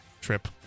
trip